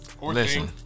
listen